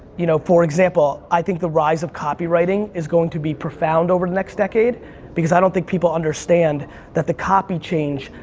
you know for example, i think the rise of copywriting is going to be profound over the next decade because i don't think people understand that the copy change,